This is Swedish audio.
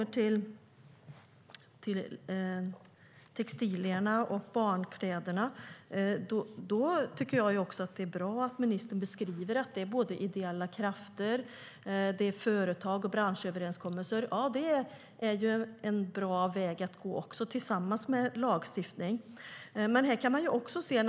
När det gäller textilierna och barnkläderna är det bra att ministern beskriver att det handlar om såväl ideella krafter och företag som branschöverenskommelser. Det är en bra väg att gå, tillsammans med lagstiftning.